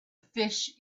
fish